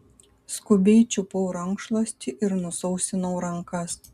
skubiai čiupau rankšluostį ir nusausinau rankas